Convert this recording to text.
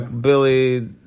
Billy